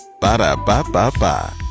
Ba-da-ba-ba-ba